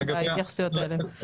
ובהתייחסויות האלה.